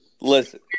Listen